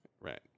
Right